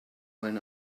when